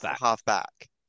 half-back